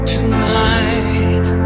Tonight